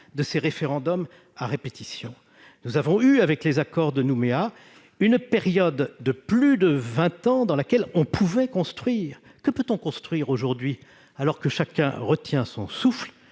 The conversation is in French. de ces référendums à répétition. Avec les accords de Nouméa, nous avons connu une période de plus de vingt ans durant laquelle on pouvait construire. Que peut-on construire aujourd'hui, alors que chacun retient son souffle ?